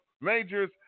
majors